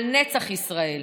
על נצח ישראל.